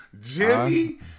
Jimmy